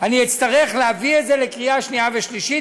להביא את זה לקריאה שנייה ושלישית,